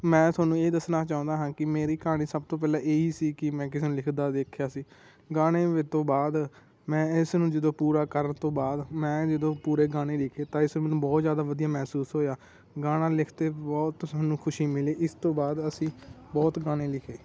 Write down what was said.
ਮੈਂ ਤੁਹਾਨੂੰ ਇਹ ਦੱਸਣਾ ਚਾਹੁੰਦਾ ਹਾਂ ਕਿ ਮੇਰੀ ਕਹਾਣੀ ਸਭ ਤੋਂ ਪਹਿਲਾਂ ਇਹ ਹੀ ਸੀ ਕਿ ਮੈਂ ਕਿਸੇ ਨੂੰ ਲਿਖਦਾ ਦੇਖਿਆ ਸੀ ਗਾਣੇ ਤੋਂ ਬਾਅਦ ਮੈਂ ਇਸ ਨੂੰ ਜਦੋਂ ਪੂਰਾ ਕਰਨ ਤੋਂ ਬਾਅਦ ਮੈਂ ਜਦੋਂ ਪੂਰੇ ਗਾਣੇ ਲਿਖੇ ਤਾਂ ਇਸ ਮੈਨੂੰ ਬਹੁਤ ਜ਼ਿਆਦਾ ਵਧੀਆ ਮਹਿਸੂਸ ਹੋਇਆ ਗਾਣਾ ਲਿਖਤ ਬਹੁਤ ਸਾਨੂੰ ਖੁਸ਼ੀ ਮਿਲੀ ਇਸ ਤੋਂ ਬਾਅਦ ਅਸੀਂ ਬਹੁਤ ਗਾਣੇ ਲਿਖੇ